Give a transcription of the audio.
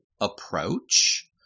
approach